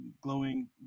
glowing